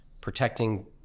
protecting